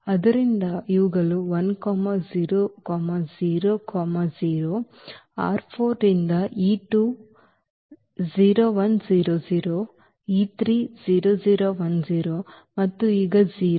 ಆದ್ದರಿಂದ ಇವುಗಳು 1000 ರಿಂದ 0100 0010 ಮತ್ತು ಈಗ 0 ಮತ್ತು ಇರುತ್ತದೆ 0001